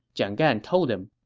jiang gan told him,